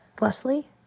Leslie